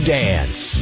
dance